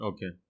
Okay